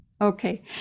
okay